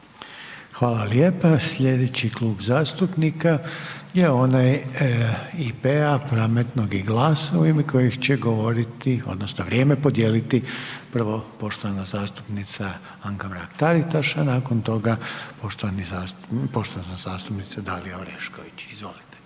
Hvala lijepa. Sljedeći Klub zastupnika je onaj IP-a, Pametno i GLAS u ime kojeg će govoriti odnosno vrijeme podijeliti prvo poštovana zastupnica Anka Mrak Taritaš, a nakon toga poštovana zastupnica Dalija Orešković. Izvolite